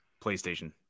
PlayStation